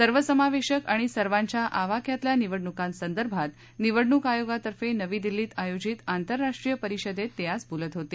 सर्वसमावेशक आणि सर्वांच्या आवाक्यातल्या निवडणुकांसंदर्भात निवडणुक आयोगातर्फे नवी दिल्लीत आयोजित आंतरराष्ट्रीय परिषदेत ते आज बोलत होते